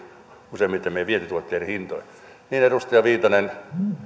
useimmiten meidän vientituotteidemme hintoihin edustaja viitanen